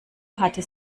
hatte